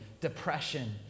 depression